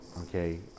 Okay